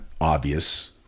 Obvious